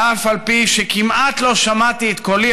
אף על פי שכמעט לא שמעתי את קולי,